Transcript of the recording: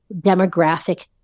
demographic